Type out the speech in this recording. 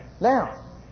Now